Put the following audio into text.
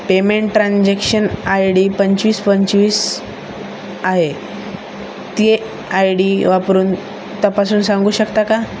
payment transaction I D पंचवीस पंचवीस आहे ती आय डी वापरून तपासून सांगू शकता का